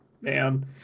Man